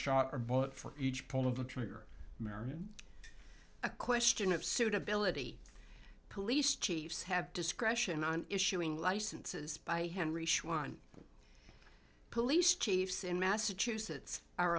shot or bullet for each pull of the trigger marion a question of suitability police chiefs have discretion on issuing licenses by henry schwann police chiefs in massachusetts are